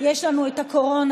יש לנו את הקורונה,